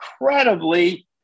incredibly